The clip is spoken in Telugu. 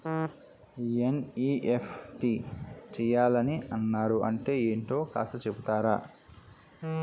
ఎన్.ఈ.ఎఫ్.టి చేయాలని అన్నారు అంటే ఏంటో కాస్త చెపుతారా?